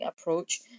approach